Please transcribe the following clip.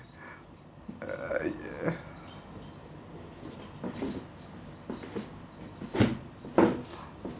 uh